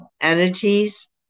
entities